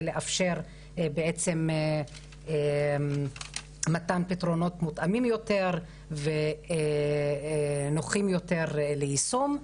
לאפשר מתן פתרונות מותאמים יותר ונוחים יותר ליישום.